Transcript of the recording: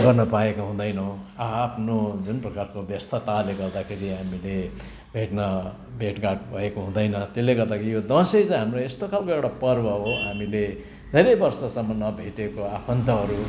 गर्नु पाएको हुँदैनौ आ आफ्नु् जुन प्रकारको व्यस्तताले गर्दाखेरि हामीले भेट्न भेटघाट भएको हुँदैन त्यसले गर्दाखेरि यो दसैँ चाहिँ हाम्रो यस्तो खालको एउटा पर्व हो हामीले धेरै वर्षसम्म नभेटेको आफन्तहरू